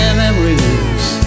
memories